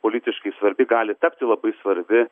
politiškai svarbi gali tapti labai svarbi